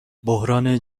بحران